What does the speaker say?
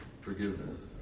Forgiveness